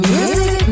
Music